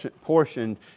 portion